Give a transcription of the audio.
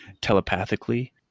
telepathically